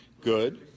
Good